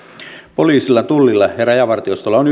poliisilla tullilla ja rajavartiostolla on